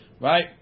Right